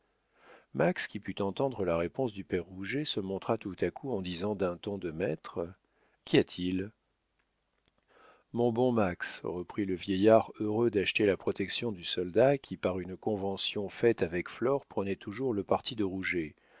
qui put entendre la réponse du père rouget se montra tout à coup en disant d'un ton de maître qu'y a-t-il mon bon max reprit le vieillard heureux d'acheter la protection du soldat qui par une convention faite avec flore prenait toujours le parti de